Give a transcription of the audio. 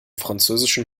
französischen